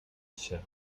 się